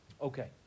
Okay